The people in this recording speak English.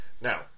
now